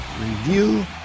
review